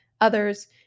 others